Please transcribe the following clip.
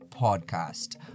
Podcast